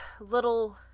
little